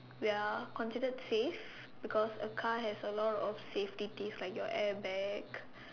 we are considered safe because a car has a lot of safety things like your airbag